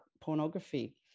pornography